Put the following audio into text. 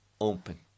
open